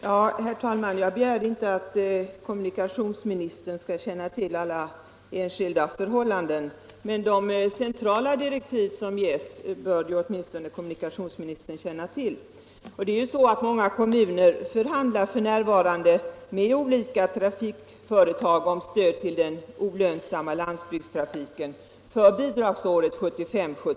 Herr talman! Jag begär inte att kommunikationsministern skall känna till alla enskilda förhållanden, men åtminstone de centrala direktiv som ges bör kommunikationsministern känna till. Många kommuner förhandlar f. n. med olika trafikföretag om stöd till den olönsamma landsbygdstrafiken för bidragsåret 1975/76.